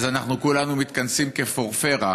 אנחנו כולנו מתכנסים כפורפרה